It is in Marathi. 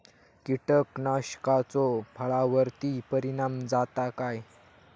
कीटकनाशकाचो फळावर्ती परिणाम जाता काय?